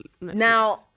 now